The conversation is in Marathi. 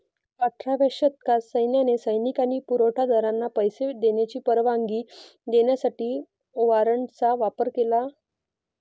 अठराव्या शतकात सैन्याने सैनिक आणि पुरवठा दारांना पैसे देण्याची परवानगी देण्यासाठी वॉरंटचा वापर केला